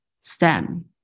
STEM